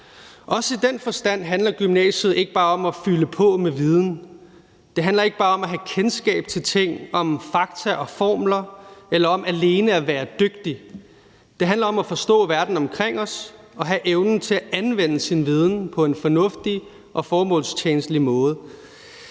Også i den forstand handler gymnasiet ikke bare om at fylde på med viden, det handler ikke bare om at have kendskab til ting, om fakta og formler eller om alene at være dygtig. Det handler om at forstå verden omkring os og have evnen til at anvende den viden på en fornuftig og formålstjenlig måde.